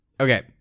Okay